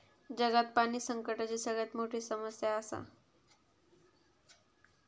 जगात पाणी संकटाची सगळ्यात मोठी समस्या आसा